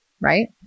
right